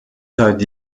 seit